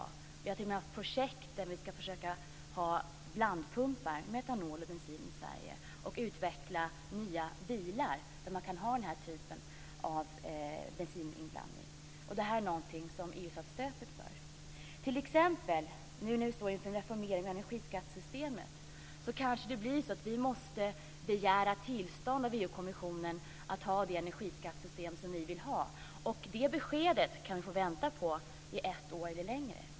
Vi har t.o.m. haft projekt där vi ska försöka ha blandpumpar med etanol i bensin i Sverige och utveckla nya bilar där man kan ha den här typen av bensininblandning. Det här är någonting som EU satt stopp för. När vi nu står inför en reformering av energiskattesystemet kanske det blir så att vi måste begära tillstånd av EU-kommissionen att ha det energiskattesystem som vi vill ha. Det beskedet kan vi få vänta på i ett år eller längre.